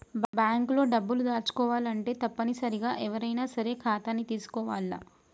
bank లో డబ్బులు దాచుకోవాలంటే తప్పనిసరిగా ఎవ్వరైనా సరే ఖాతాని తీసుకోవాల్ల